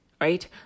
right